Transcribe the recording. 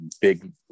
big